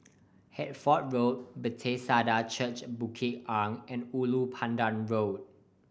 Hertford Road Bethesda Church Bukit Arang and Ulu Pandan Road